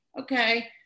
okay